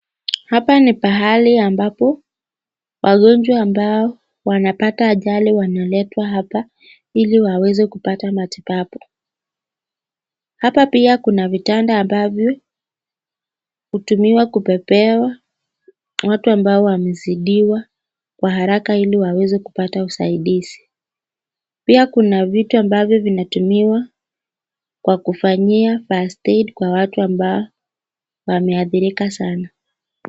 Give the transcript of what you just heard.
Hapa ni pahali ambapo wangonjwa ambao wanapata ajali wanaletwa hapa ili waweze kupata matibabu. Hapa pia kuna vitanda ambavyo hutumiwa kubebewa watu ambao wamezidiwa kwa haraka ili waweze kupata usaidizi. Pia kuna vitu ambavyo vinatumiwa kwa kufanyia first aid kwa watu ambao wameathirika sana.